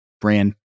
brand